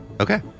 Okay